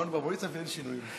בר-מצווה, אין שינוי.